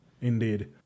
Indeed